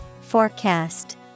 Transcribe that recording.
Forecast